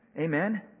Amen